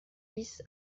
dix